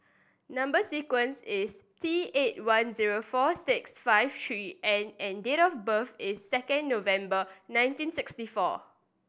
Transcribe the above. number sequence is T eight one zero four six five three N and date of birth is second November nineteen sixty four